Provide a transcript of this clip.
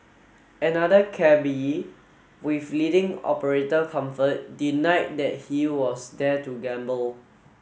another cabby with leading operator comfort deny that he was there to gamble